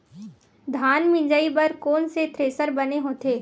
धान मिंजई बर कोन से थ्रेसर बने होथे?